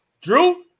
Drew